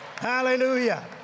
Hallelujah